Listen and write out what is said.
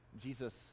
Jesus